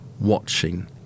watching